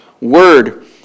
word